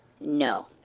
No